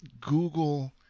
Google